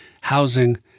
housing